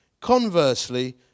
Conversely